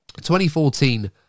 2014